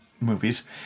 movies